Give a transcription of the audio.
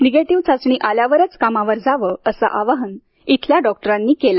negative चाचणी आल्यावरच कामावर जावे असे आवाहन इथल्या डॉक्टरांनी केले